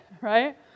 right